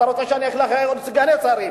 אתה רוצה שאני אגיד לך, סגני שרים.